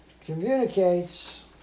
communicates